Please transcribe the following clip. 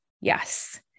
yes